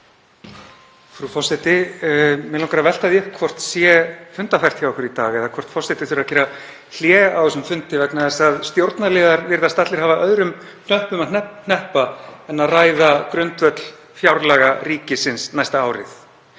Frú forseti. Mig langar að velta því upp hvort það sé fundarfært hjá okkur í dag eða hvort forseti þurfi að gera hlé á þessum fundi vegna þess að stjórnarliðar virðast allir hafa öðrum hnöppum að hneppa en að ræða grundvöll fjárlaga ríkisins næsta árið.